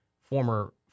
former –